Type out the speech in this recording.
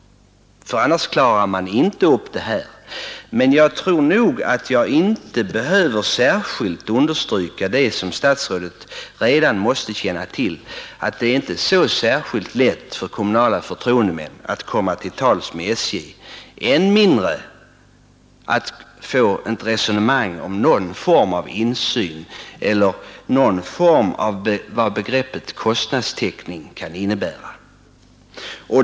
Annars klarar man inte upp detta. Men jag tror inte att jag behöver särskilt understryka vad statsrådet redan måste känna till, nämligen att det inte är särskilt lätt för kommunala förtroendemän att komma till tals med SJ, än mindre att få till stånd ett resonemang om någon form av insyn eller om vad begreppet kostnadstäckning kan innebära.